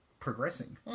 Progressing